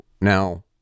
Now